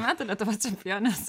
metų lietuvos čempionės